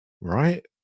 right